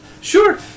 Sure